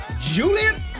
Julian